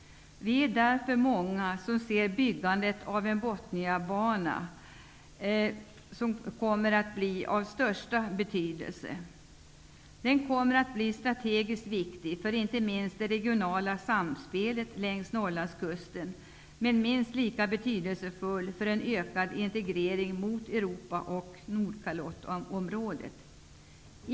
Vi är därför många som anser att byggandet av Botniabanan kommer att bli av största betydelse. Den kommer att bli strategiskt viktig, inte minst för det regionala samspelet längs Norrlandskusten. Den kommer dessutom att bli minst lika betydelsefull för en ökad integrering mot Europa och Nordkalottområdet.